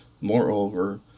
Moreover